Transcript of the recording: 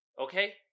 Okay